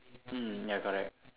mm ya correct